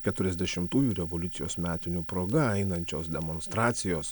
keturiasdešimtųjų revoliucijos metinių proga einančios demonstracijos